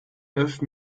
neuf